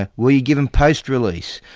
ah were you given post-release?